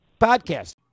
podcast